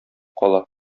кала